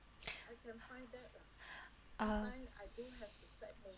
uh